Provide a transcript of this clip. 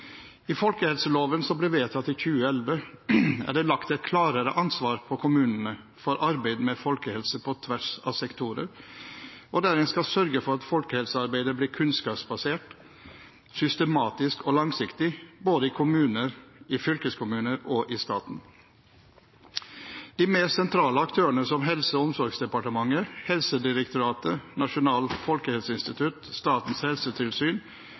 I folkehelseloven, som ble vedtatt i 2011, er det lagt et klarere ansvar på kommunene for arbeid med folkehelse på tvers av sektorer, der en skal sørge for at folkehelsearbeidet blir kunnskapsbasert, systematisk og langsiktig, både i kommuner, i fylkeskommuner og i staten. De mer sentrale aktørene, som Helse- og omsorgsdepartementet, Helsedirektoratet, Nasjonalt folkehelseinstitutt, Statens helsetilsyn